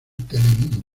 telemundo